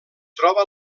troba